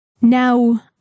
Now